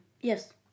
Yes